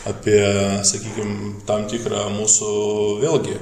apie sakykim tam tikrą mūsų vėlgi